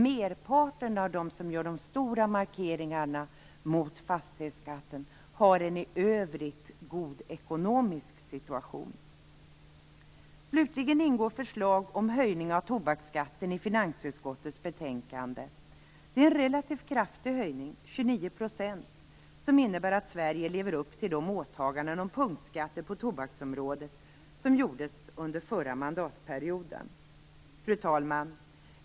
Merparten av dem som gör de stora markeringarna mot fastighetsskatten har en i övrigt god ekonomisk situation. Slutligen ingår förslag om höjning av tobaksskatten i finansutskottets betänkande. Det är en relativt kraftig höjning - 29 %- som innebär att Sverige lever upp till de åtaganden om punktskatter på tobaksområdet som gjordes under förra mandatperioden. Fru talman!